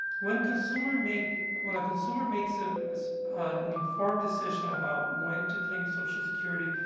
when consumer make when a consumer makes, ah, an informed decision about when to claim social security,